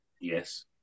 Yes